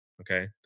Okay